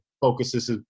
focuses